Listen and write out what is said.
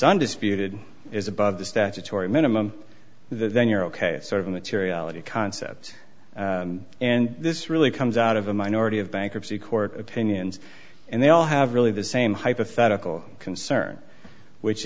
undisputed is above the statutory minimum then you're ok sort of materiality concept and this really comes out of a minority of bankruptcy court opinions and they all have really the same hypothetical concern which